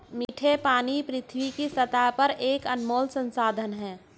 मीठे पानी पृथ्वी की सतह पर एक अनमोल संसाधन है